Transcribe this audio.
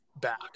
back